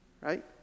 Right